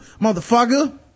Motherfucker